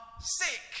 sick